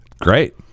great